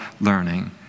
learning